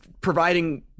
providing